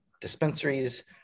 dispensaries